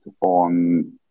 on